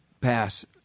pass